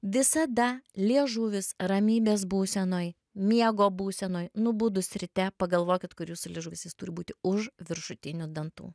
visada liežuvis ramybės būsenoj miego būsenoje nubudus ryte pagalvokit kur jūsų liežuvis jis turi būti už viršutinių dantų